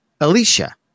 Alicia